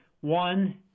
One